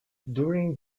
during